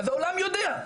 ואז העולם יודע.